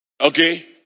Okay